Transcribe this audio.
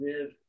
live